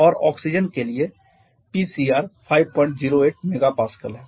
और ऑक्सीजन के लिए Pcr 508 MPa है